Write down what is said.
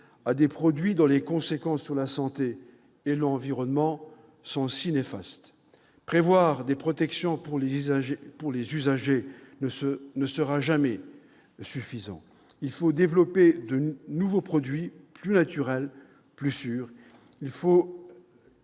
à des produits dont les conséquences sur la santé et l'environnement sont si néfastes. Prévoir des protections pour les usagers ne sera jamais suffisant. Il faut développer de nouveaux produits plus naturels, plus sûrs. Nous